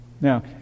Now